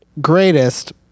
greatest